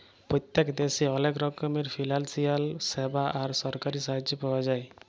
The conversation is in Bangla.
পত্তেক দ্যাশে অলেক রকমের ফিলালসিয়াল স্যাবা আর সরকারি সাহায্য পাওয়া যায়